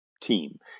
team